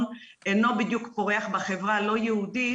אינו בדיוק פורח בחברה הלא יהודית,